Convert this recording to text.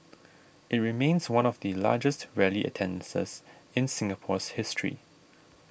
it remains one of the largest rally attendances in Singapore's history